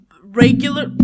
regular